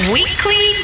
Weekly